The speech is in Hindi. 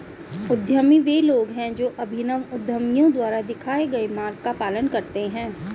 उद्यमी वे लोग हैं जो अभिनव उद्यमियों द्वारा दिखाए गए मार्ग का पालन करते हैं